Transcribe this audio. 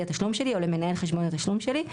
התשלום שלי או למנהל חשבון התשלום שלי,